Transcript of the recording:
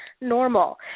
normal